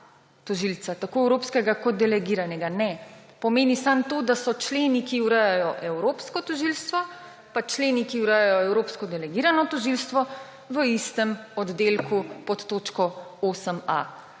tožilca, tako evropskega kot delegiranega. Ne. Pomeni samo to, da so členi, ki urejajo evropsko tožilstvo, pa členi, ki urejajo evropsko delegirano tožilstvo, v istem oddelku pod točko 8.a.